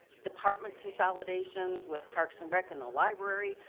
department consolidations with parks and rec and the library.